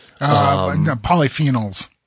Polyphenols